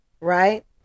right